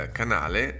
canale